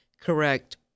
correct